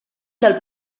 del